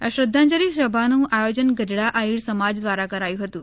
આ શ્રધ્ધાજંલિ સભાનું આયોજન ગઢડા આહિર સમાજ દ્વારા કરાયું હતું